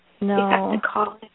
No